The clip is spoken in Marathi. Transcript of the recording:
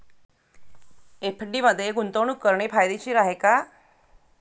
एफ.डी मध्ये गुंतवणूक करणे फायदेशीर आहे का?